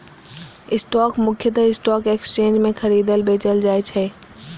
stock मुख्यतः stock exchange मे खरीदल, बेचल जाइ छै